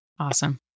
Awesome